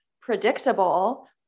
predictable